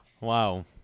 Wow